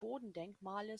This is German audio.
bodendenkmale